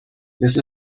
this